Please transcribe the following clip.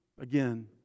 again